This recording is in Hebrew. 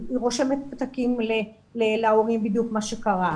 היא רושמת פתקים להורים בדיוק מה שקרה,